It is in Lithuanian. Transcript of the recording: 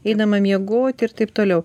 einama miegoti ir taip toliau